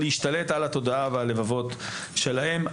להשתלט על התודעה והלבבות שלהם.